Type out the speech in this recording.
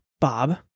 bob